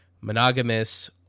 monogamous